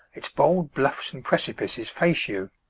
its bold bluffs and precipices face you,